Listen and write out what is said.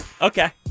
Okay